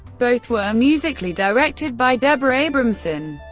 both were musically directed by deborah abramson.